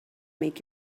make